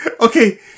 okay